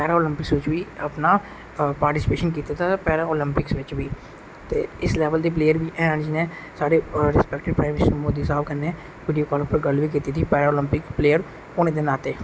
Paralympics बिच बी अपना पार्टीसपेशन कीता दा होए पैरा अलांपिक्स च बी ते इस लेबल दे प्लेयर बी हैन जिनें साढ़े रिस्पेक्टिड प्राइम मिनिस्टर मोदी स्हाब कन्नै बिडियो काल उप्पर गल्ल बी कीती दी पैराआलांपिक प्लेयर होने दे नाते